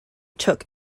took